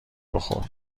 بخور